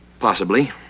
possibly,